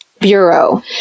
Bureau